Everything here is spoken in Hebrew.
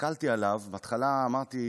הסתכלתי עליו, בהתחלה חשבתי